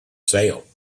sale